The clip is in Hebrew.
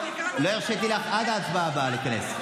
לא הרשיתי לך עד ההצבעה הבאה להיכנס.